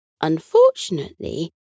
Unfortunately